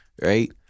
right